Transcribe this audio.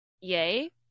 yay